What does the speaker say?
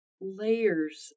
layers